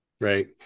Right